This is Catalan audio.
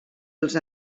els